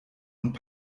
und